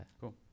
Cool